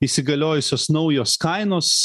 įsigaliojusios naujos kainos